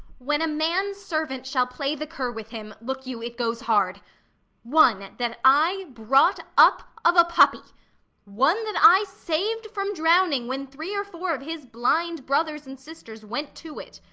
when a man's servant shall play the cur with him, look you, it goes hard one that i brought up of a puppy one that i sav'd from drowning, when three or four of his blind brothers and sisters went to it.